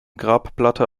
grabplatte